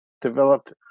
developed